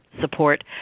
support